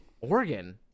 Oregon